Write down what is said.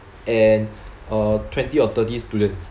and uh twenty or thirty students